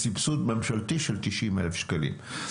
בסבסוד ממשלתי של 90,000 שקלים.